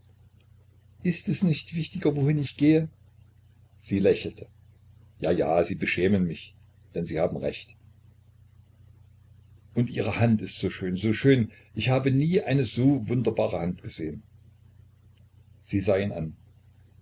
ist es nicht wichtiger wohin ich gehe sie lächelte ja ja sie beschämen mich denn sie haben recht und ihre hand ist so schön so schön ich habe nie eine so wunderbare hand gesehen sie sah ihn an